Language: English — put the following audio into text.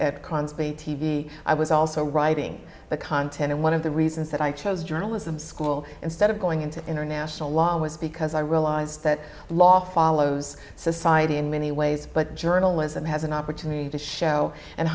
v i was also writing the content and one of the reasons that i chose journalism school instead of going into international law was because i realized that law follows society in many ways but journalism has an opportunity to show and